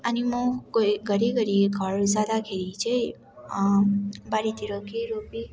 अनि म घरिघरि घर जाँदाखेरि चाहिँ बारीतिर केही रोपी